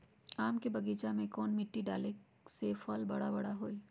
आम के बगीचा में कौन मिट्टी डाले से फल बारा बारा होई?